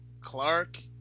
Clark